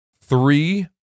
Three